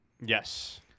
Yes